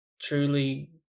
truly